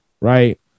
right